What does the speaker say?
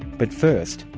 but first,